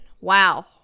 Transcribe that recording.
wow